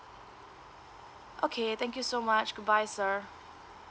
okay thank you so much goodbye sir